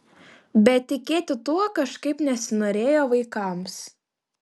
bet tikėti tuo kažkaip nesinorėjo vaikams